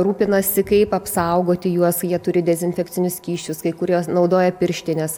rūpinasi kaip apsaugoti juos jie turi dezinfekcinius skysčius kai kurios naudoja pirštines